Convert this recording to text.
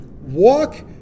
Walk